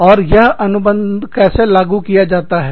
और यह हैअनुबंध कैसे लागू किया जाता है